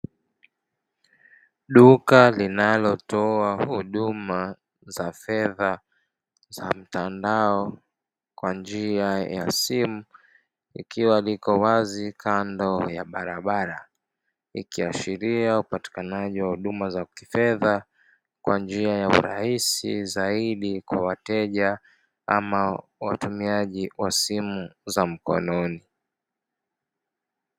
Duka linaloagizwa au kudumishwa linakutoa huduma'] kwa njia ya simu, ikiwa liko wazi kando ya barabara, likiashiria upatikanaji wa huduma za kifedha kwa njia rahisi zaidi kwa wateja, ama watumiaji wa simu za mkononi.